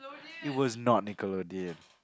it was not nickelodeon